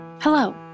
Hello